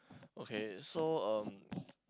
okay so um